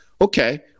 Okay